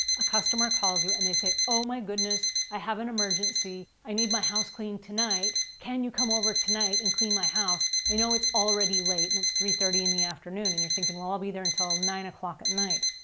a customer calls you and they say, oh my goodness, i have an emergency. i need my house cleaned tonight. can you come over tonight and clean my house? i know it's already late and it's three thirty in the afternoon. and you're thinking, well, i'll be there until nine zero at night.